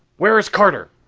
where is carter?